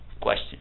question